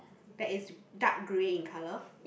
that is dark grey in colour